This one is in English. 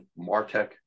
MarTech